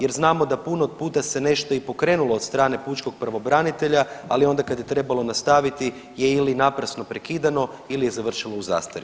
Jer znamo da puno puta se nešto i pokrenulo od strane pučkog pravobranitelja, a li onda kad je trebalo nastaviti je ili naprasno prekidano ili je završilo u zastari.